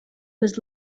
was